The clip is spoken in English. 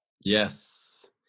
Yes